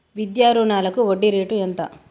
విద్యా రుణాలకు వడ్డీ రేటు ఎంత?